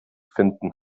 finden